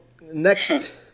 Next